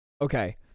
Okay